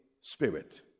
Spirit